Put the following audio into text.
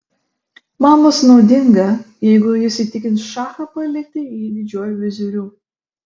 man bus naudinga jeigu jis įtikins šachą palikti jį didžiuoju viziriu